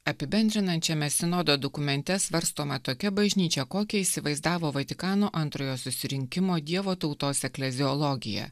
apibendrinančiame sinodo dokumente svarstoma tokia bažnyčia kokią įsivaizdavo vatikano antrojo susirinkimo dievo tautos ekleziologija